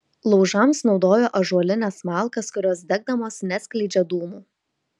laužams naudojo ąžuolines malkas kurios degdamos neskleidžia dūmų